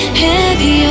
heavy